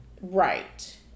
Right